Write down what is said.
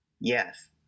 Yes